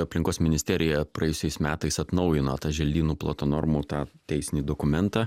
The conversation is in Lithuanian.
aplinkos ministerija praėjusiais metais atnaujino tas želdynų plotų normų tą teisinį dokumentą